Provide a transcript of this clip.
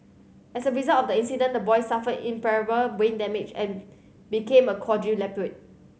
as a result of the accident the boy suffered irreparable brain damage and became a quadriplegic